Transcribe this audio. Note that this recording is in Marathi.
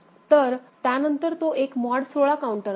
तर त्यानंतर तो एक मॉड 16 काउंटर असेल